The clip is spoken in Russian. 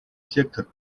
сектор